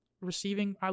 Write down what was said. receiving